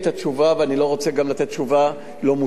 ואני גם לא רוצה לתת תשובה לא מושלמת.